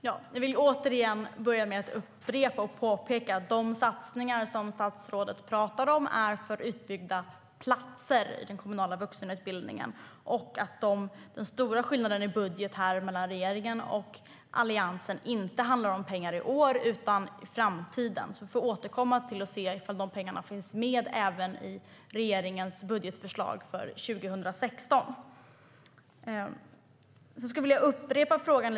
Fru talman! Jag vill återigen upprepa och peka på att de satsningar som statsrådet talar om gäller utbyggda platser i den kommunala vuxenutbildningen och att de stora skillnaderna mellan regeringens och Alliansens budgetar inte handlar om pengar i år utan om pengar i framtiden. Vi får återkomma och se om de pengarna finns med även i regeringens budgetförslag för 2016. Jag skulle vilja upprepa frågan.